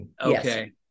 Okay